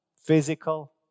Physical